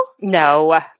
No